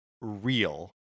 real